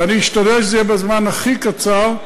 ואני אשתדל שזה יהיה בזמן הכי קצר,